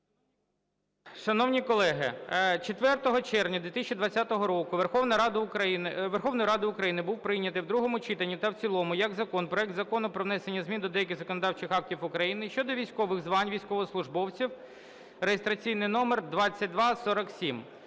Шановні колеги, 4 червня 2020 року Верховною Радою України був прийнятий в другому читанні та в цілому як закон проект Закону про внесення змін до деяких законодавчих актів України щодо військових звань військовослужбовців (реєстраційний номер 2247).